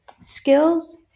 skills